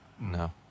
No